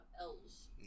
L's